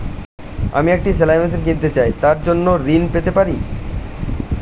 আমি একটি সেলাই মেশিন কিনতে চাই তার জন্য ঋণ পেতে পারি?